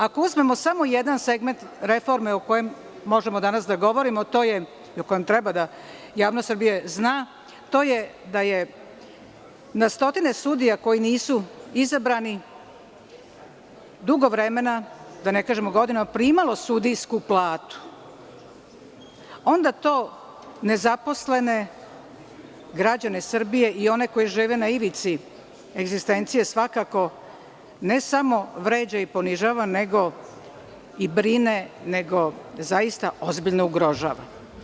Ako uzmemo samo jedan segment reforme o kojem možemo danas da govorimo i o kojem treba javnost Srbije da zna, da je na stotine sudija koji nisu izabrani dugo vremena, da ne kažemo godinama, primalo sudijsku platu, onda to nezaposlene građane Srbije i one koji žive na ivici egzistencije svakako ne samo vređa i ponižava, nego i brine i zaista ozbiljno ugrožava.